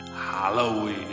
halloween